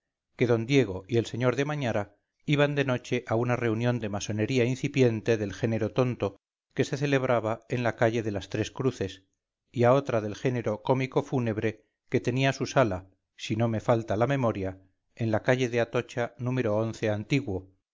que d diego y el sr de mañara iban de noche a una reunión de masonería incipiente del género tonto que se celebraba en la calle de las tres cruces y a otra del género cómico fúnebre que tenía su sala si no me falta la memoria en la calle de atocha número antiguo